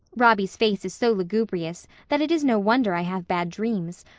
robby's face is so lugubrious that it is no wonder i have bad dreams.